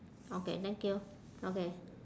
okay thank you okay